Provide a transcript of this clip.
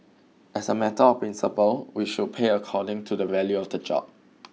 as a matter of principle we should pay according to the value of the job